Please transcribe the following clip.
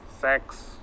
sex